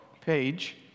page